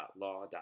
Law